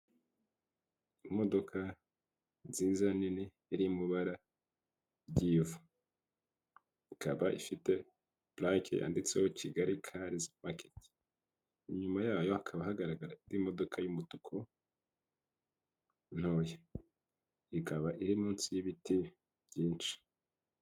Imodoka nziza nini iri mubara ry'ivu ikaba ifite pulake yanditseho Kigali karzi maketi. Inyuma yayo hakaba hagaragaraho imodoka y'umutuku ntoya ikaba iri munsi y'ibiti byinshi.